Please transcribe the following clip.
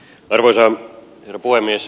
arvoisa herra puhemies